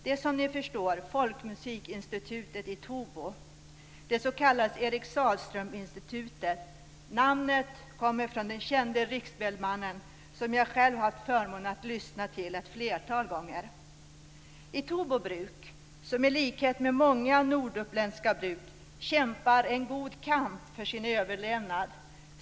Det är som ni förstår folkmusikinstitutet i Tobo, det s.k. Eric Sahlström-institutet. Namnet kommer från den kände riksspelmannen, som jag själv haft förmånen att lyssna till ett flertal gånger. I likhet med många norduppländska bruk kämpar Tobo bruk en god kamp för sin överlevnad.